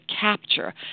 capture